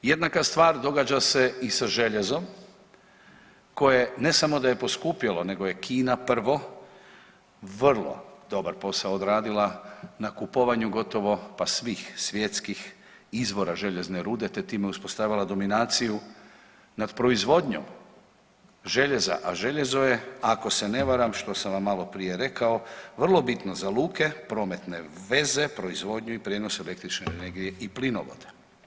Jednaka stvar događa se i sa željezom koje je ne samo da je poskupjelo nego je Kina prvo vrlo dobar posao odradila na kupovanju gotovo pa svih svjetskih izvora željezne rude, te time uspostavila dominaciju nad proizvodnjom željeza, a željezo je ako se ne varam što sam vam maloprije rekao vrlo bitno za luke, prometne veze, proizvodnju i prijenos električne energije i plinovoda.